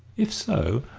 if so,